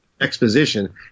exposition